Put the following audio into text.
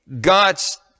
God's